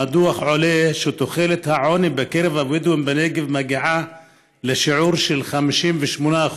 מהדוח עולה שתחולת העוני בקרב הבדואים בנגב מגיעה לשיעור של 58%,